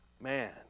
Man